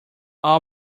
all